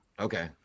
Okay